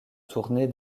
tourner